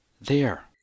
There